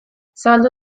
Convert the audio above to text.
zabaldu